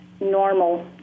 normal